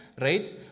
right